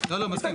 שמרנו עליו.